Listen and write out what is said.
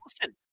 Listen